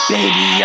Baby